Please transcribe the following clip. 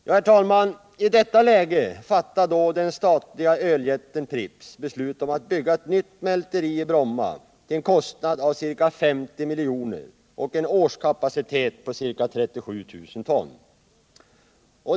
Herr talman! I detta läge fattar den statliga öljätten Pripps beslut om att bygga ett nytt mälteri i Bromma till en kostnad av ca 50 milj.kr. och med en årskapacitet på ca 37 000 ton..